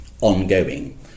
ongoing